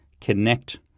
connect